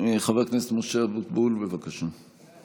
חבר הכנסת משה אבוטבול, בבקשה.